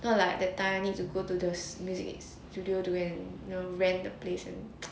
not like that time need to go to the music to do during you know rent the place and